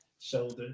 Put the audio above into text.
shoulder